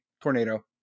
Tornado